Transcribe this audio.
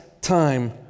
time